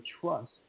trust